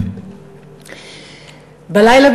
בלילה,